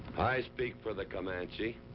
i speak for the comanche,